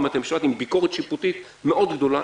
גם על בתי המשפט עם ביקורת שיפוטית מאוד גדולה,